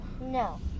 No